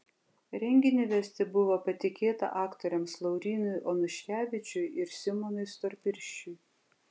renginį vesti buvo patikėta aktoriams laurynui onuškevičiui ir simonui storpirščiui